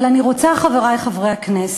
אבל אני רוצה, חברי חברי הכנסת,